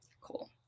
Cool